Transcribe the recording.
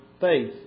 faith